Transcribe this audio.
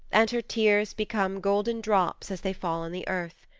and her tears become golden drops as they fall on the earth.